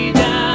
down